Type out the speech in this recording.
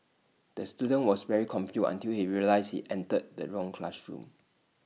the student was very confused until he realised entered the wrong classroom